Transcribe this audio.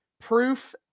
proof